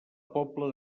pobla